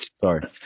Sorry